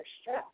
stress